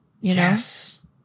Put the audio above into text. Yes